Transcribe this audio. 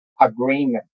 agreement